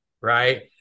right